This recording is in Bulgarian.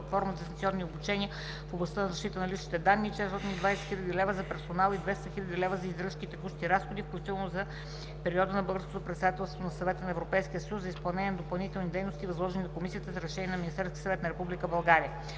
платформа за дистанционни обучения в областта на защита на личните данни и 420 000 лв. за персонал и 200 000 лв. за издръжка и текущи разходи, вкл. за периода на Българското председателство на Съвета на Европейския съюз за изпълнение на допълнителни дейности, възложени на Комисията с решение на Министерския съвет на Република България.